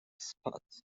spot